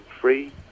Free